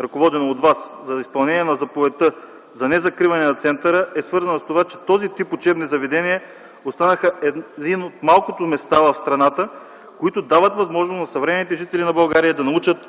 ръководено от Вас, за неизпълнение на заповедта за незакриване на центъра е свързан с това, че този тип учебни заведения остана едно от малкото места в страната, които дават възможност на съвременните жители на България да научат